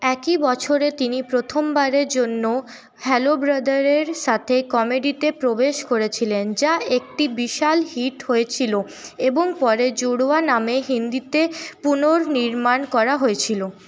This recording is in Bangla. একই বছরে তিনি প্রথমবারের জন্য হ্যালো ব্রাদারের সাথে কমেডিতে প্রবেশ করেছিলেন যা একটি বিশাল হিট হয়েছিলো এবং পরে জুড়ওয়া নামে হিন্দিতে পুনর্নির্মাণ করা হয়েছিলো